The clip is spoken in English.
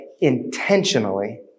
intentionally